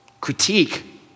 critique